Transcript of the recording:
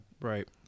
Right